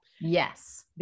Yes